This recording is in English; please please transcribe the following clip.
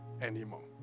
anymore